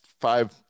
five